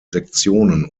sektionen